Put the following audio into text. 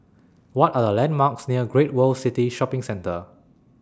What Are The landmarks near Great World City Shopping Centre